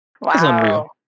wow